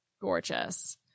Gorgeous